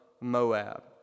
Moab